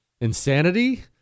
insanity